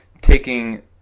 taking